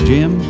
Jim